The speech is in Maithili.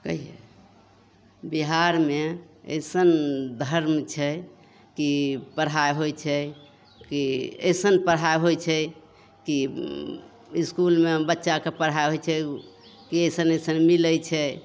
कहिए बिहारमे अइसन धर्म छै कि पढ़ाइ होइ छै कि अइसन पढ़ाइ होइ छै कि इसकुलमे बच्चाके पढ़ाइ होइ छै कि अइसन अइसन मिलै छै